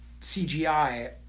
CGI